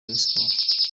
rayons